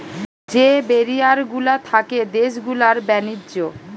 যে ব্যারিয়ার গুলা থাকে দেশ গুলার ব্যাণিজ্য